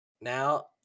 Now